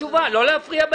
זו לא הצגה.